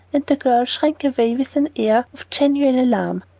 and the girl shrank away with an air of genuine alarm.